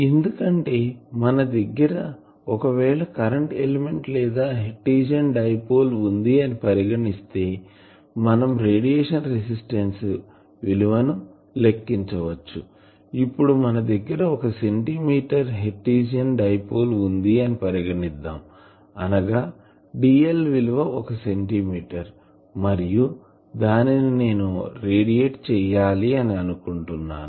ఎందుకంటే మన దగ్గర ఒకవేళ కరెంటు ఎలిమెంట్ లేదా హెర్టీజియాన్ డైపోల్ వుంది అని పరిగణిస్తే మనం రేడియేషన్ రెసిస్టన్స్ విలువ ని లెక్కించవచ్చు ఇప్పుడు మన దగ్గర ఒక సెంటీమీటర్ హెర్టీజియాన్ డైపోల్ వుంది అని పరిగణిద్దాం అనగా dl విలువ ఒక సెంటీమీటర్ మరియు దానిని నేను రేడియేట్ చేయాలి అని అనుకుంటున్నాను